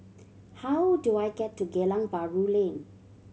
how do I get to Geylang Bahru Lane